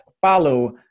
follow